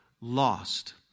lost